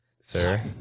Sir